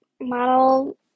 model